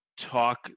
talk